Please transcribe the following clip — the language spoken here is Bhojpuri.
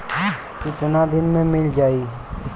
कितना दिन में मील जाई?